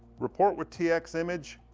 report with tx image,